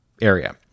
area